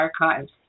archives